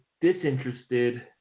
disinterested